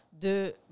de